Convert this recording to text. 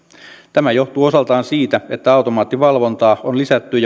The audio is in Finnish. tämä johtuu osaltaan siitä että automaattivalvontaa on lisätty